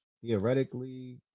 Theoretically